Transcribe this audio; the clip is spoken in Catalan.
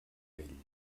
ell